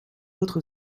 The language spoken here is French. votre